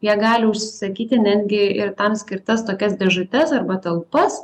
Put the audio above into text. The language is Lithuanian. jie gali užsisakyti netgi ir tam skirtas tokias dėžutes arba talpas